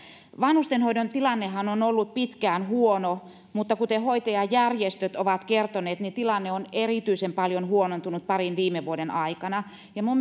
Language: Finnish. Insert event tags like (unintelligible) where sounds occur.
vanhustenhoidon tilannehan on ollut pitkään huono mutta kuten hoitajajärjestöt ovat kertoneet niin tilanne on erityisen paljon huonontunut parin viime vuoden aikana minun (unintelligible)